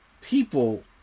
people